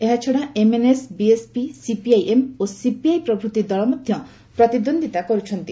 ଏହାଛଡ଼ା MNS BSP CPIM ଓ CPI ପ୍ରଭୃତି ଦଳ ମଧ୍ୟ ପ୍ରତିଦ୍ୱନ୍ଦିତା କରୁଛନ୍ତି